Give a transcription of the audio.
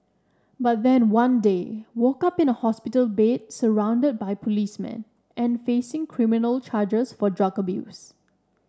but then one day woke up in a hospital bed surrounded by policemen and facing criminal charges for drug abuse